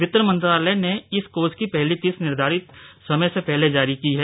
वित्त मंत्रालय ने इस कोष की पहली किस्त निर्धारित समय से पहले जारी की है